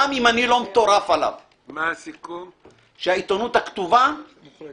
גם אם אני לא מטורף עליו שהעיתונות הכתובה מוחרגת.